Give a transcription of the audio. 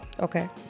Okay